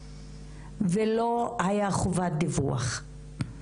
לא הייתה חובת דיווח,